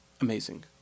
amazing